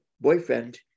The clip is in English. boyfriend